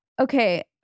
Okay